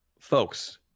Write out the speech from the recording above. Folks